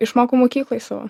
išmokau mokykloj savo